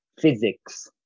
physics